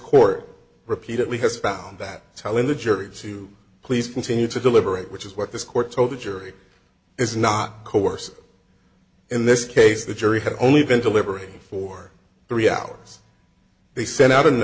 court repeatedly has found that telling the jury to please continue to deliberate which is what this court told the jury is not coercive in this case the jury had only been deliberating for three hours they sent out a